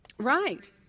Right